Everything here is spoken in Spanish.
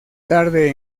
tarde